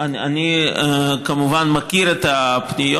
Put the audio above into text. אני כמובן מכיר את הפניות.